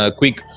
quick